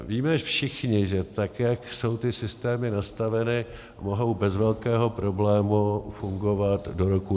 Víme všichni, že tak jak jsou ty systémy nastaveny, mohou bez velkého problému fungovat do roku 2030.